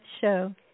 show